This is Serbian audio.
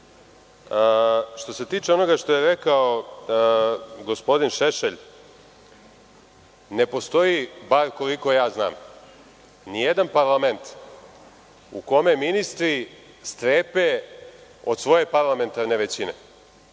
se tiče onoga što je rekao gospodin Šešelj, ne postoji, bar koliko ja znam, ni jedan parlament u kome ministri strepe od svoje parlamentarne većine.